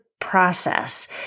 process